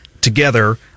together